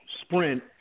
Sprint